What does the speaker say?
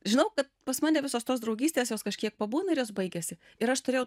žinau kad pas mane visos tos draugystės jos kažkiek pabūna ir jos baigiasi ir aš turėjau